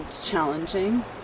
challenging